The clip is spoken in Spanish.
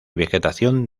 vegetación